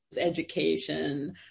education